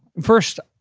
first,